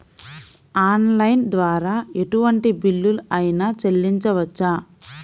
Online ద్వారా ఎటువంటి bill అయినా చెల్లించవచ్చా?